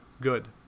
Good